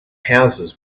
houses